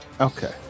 Okay